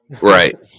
Right